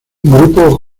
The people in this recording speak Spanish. grupo